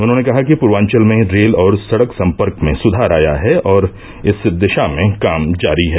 उन्होंने कहा कि पूर्वांचल में रेल और सड़क संपर्क में सुधार आया है और इस दिशा में काम जारी है